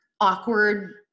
awkward